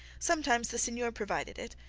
sometimes the seigneur provided it,